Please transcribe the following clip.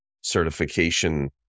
certification